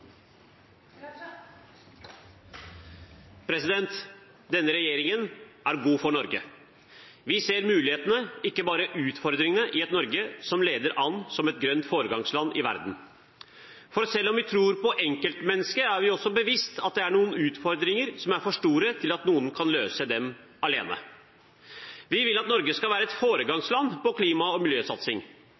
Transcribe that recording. god for Norge. Vi ser mulighetene, ikke bare utfordringene, i et Norge som leder an som et grønt foregangsland i verden. For selv om vi tror på enkeltmennesket, er vi også bevisst at det er noen utfordringer som er for store til at noen kan løse dem alene. Vi vil at Norge skal være et foregangsland på klima- og miljøsatsing.